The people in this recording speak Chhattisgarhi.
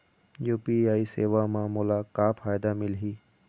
यू.पी.आई सेवा म मोला का फायदा मिलही?